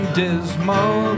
dismal